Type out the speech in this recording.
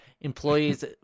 Employees